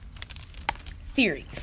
Theories